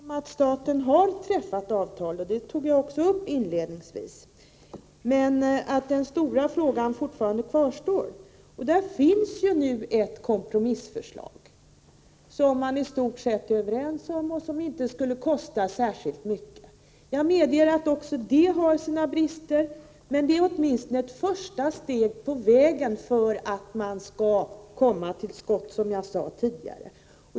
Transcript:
Herr talman! Jag är medveten om att det har träffats ett avtal, och det nämnde jag också inledningsvis. Men den stora frågan kvarstår fortfarande. Där finns ju nu ett kompromissförslag som man i stort sett är överens om och som inte skulle kosta särskilt mycket att genomföra. Jag medger att även det förslaget har sina brister, men det innebär åtminstone ett första steg på vägen för att man skall komma till skott, som jag sade tidigare.